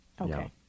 Okay